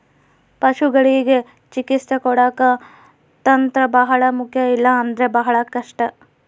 ಪಶುಗಳಿಗೆ ಚಿಕಿತ್ಸೆ ಕೊಡಾಕ ತಂತ್ರ ಬಹಳ ಮುಖ್ಯ ಇಲ್ಲ ಅಂದ್ರೆ ಬಹಳ ಕಷ್ಟ